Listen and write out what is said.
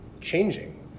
changing